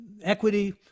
equity